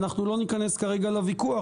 ואנחנו לא ניכנס כרגע לוויכוח,